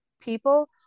people